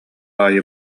аайы